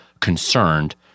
concerned